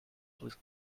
please